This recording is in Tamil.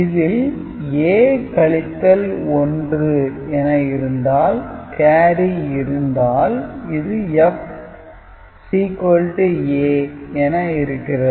இதில் A கழித்தல் 1 என இருந்தால் கேரி இருந்தால் இது F A என இருக்கிறது